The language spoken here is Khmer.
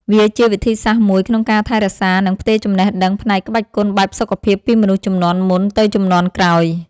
វាជាវិធីសាស្ត្រមួយក្នុងការថែរក្សា និងផ្ទេរចំណេះដឹងផ្នែកក្បាច់គុណបែបសុខភាពពីមនុស្សជំនាន់មុនទៅជំនាន់ក្រោយ។